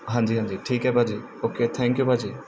ਹਾਂਜੀ ਹਾਂਜੀ ਠੀਕ ਹੈ ਭਾਅ ਜੀ ਓਕੇ ਥੈਂਕ ਯੂ ਭਾਅ ਜੀ